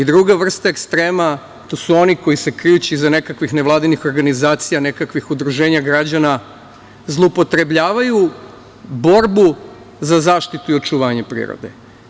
Druga vrsta ekstrema, to su oni koji se krijući iza nekakvih nevladinih organizacija, nekakvih udruženja građana, zloupotrebljavaju borbu za zaštitu i očuvanje prirode.